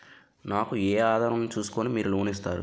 నాకు ఏ ఆధారం ను చూస్కుని మీరు లోన్ ఇస్తారు?